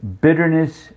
bitterness